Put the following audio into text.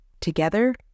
Together